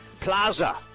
Plaza